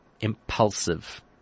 impulsive